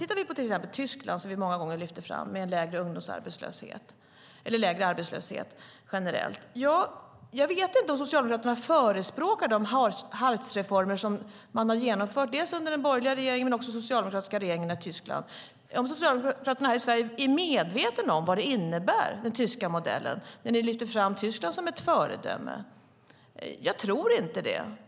Låt oss till exempel titta på Tyskland, som vi många gånger lyfter fram, med en lägre ungdomsarbetslöshet och en lägre arbetslöshet generellt. Jag vet inte om Socialdemokraterna förespråkar de Hartzreformer som man har genomfört dels under den borgerliga regeringen, dels under socialdemokratiska regeringar i Tyskland. Är Socialdemokraterna här i Sverige medvetna om vad den tyska modellen innebär när ni lyfter fram Tyskland som ett föredöme? Jag tror inte det.